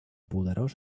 poderós